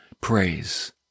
praise